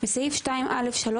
בסעיף 2(א)(3),